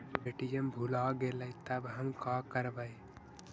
ATM भुला गेलय तब हम काकरवय?